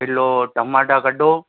kilo टमाटा कढो